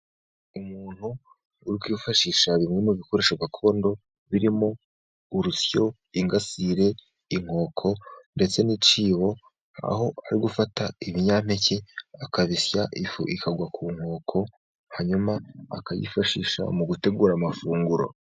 Umuntu uri kwifashisha bimwe mu bikoresho gakondo; birimo urusyo, ingasire, inkoko ndetse n' icyibo aho ari gufata ibinyampeke akabisya, ifu ikagwa ku nkoko hanyuma akayifashisha mu gutegura amafunguro.